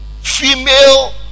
female